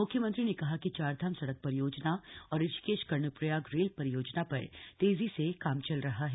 म्ख्यमंत्री ने कहा कि चारधाम सड़क परियोजना और ऋषिकेश कर्णप्रयाग रेल परियोजनाओं पर तेजी से काम चल रहा है